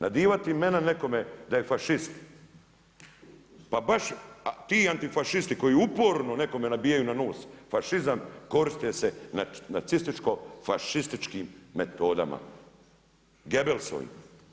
Nadivati imena nekome da je fašist, pa baš ti antifašisti koji uporno nekome nabijaju na nos fašizam koriste se nacističko fašističkim metodama, Gebelsovim.